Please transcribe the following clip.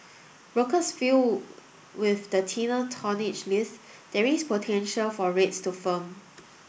brokers feel with the thinner tonnage list there is potential for rates to firm